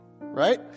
right